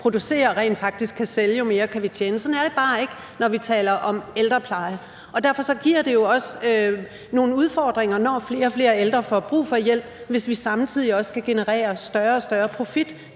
mere kan vi rent faktisk sælge, og jo mere kan vi tjene. Sådan er det bare ikke, når vi taler om ældrepleje. Derfor giver det jo nogle udfordringer, hvis vi, når flere og flere ældre får brug for hjælp, samtidig også skal generere større og større profit